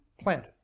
planted